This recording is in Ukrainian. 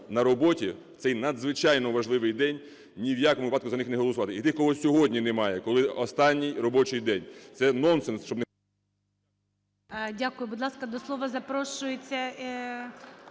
на роботі, в цей надзвичайно важливий день, ні в якому випадку за них не голосувати. І тих, кого сьогодні немає, коли останній робочий день. Це нонсенс,